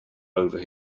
over